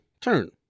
turn